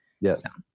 yes